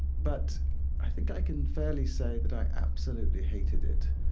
but i think i can fairly say that i absolutely hated it.